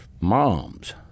moms